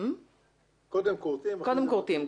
קודם כורתים.